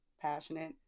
passionate